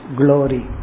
glory